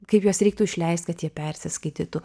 kaip juos reiktų išleisti kad jie persiskaitytų